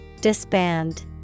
Disband